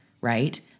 right